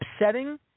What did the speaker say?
upsetting